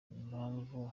impamvu